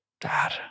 dad